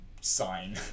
sign